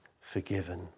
forgiven